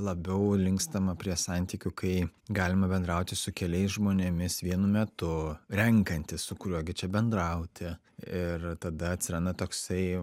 labiau linkstama prie santykių kai galima bendrauti su keliais žmonėmis vienu metu renkantis su kuriuo gi čia bendrauti ir tada atsiranda toksai